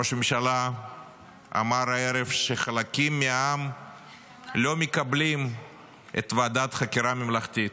ראש הממשלה אמר הערב שחלקים מהעם לא מקבלים את ועדת החקירה הממלכתית.